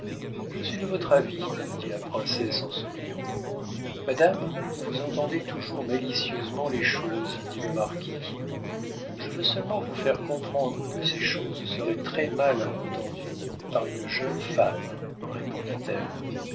je suis de votre avis dit la princesse en souriant madame vous entendez toujours malicieusement les choses dit le marquis je veux seulement vous faire comprendre que ces choses seraient très-mal entendues par une jeune femme répondit-elle